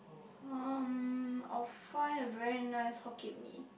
um I'll fry a very nice Hokkien-Mee